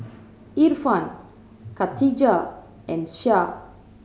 Irfan Khadija and Syah